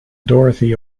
dorothy